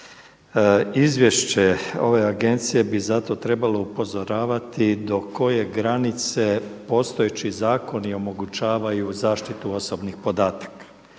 Izvješće ove Agencije bi zato trebalo upozoravati do koje granice postojeći zakoni omogućavaju zaštitu osobnih podataka.